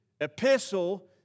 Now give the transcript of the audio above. epistle